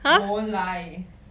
don't lie